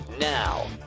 Now